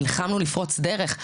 נלחמנו לפרוץ דרך.